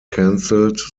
cancelled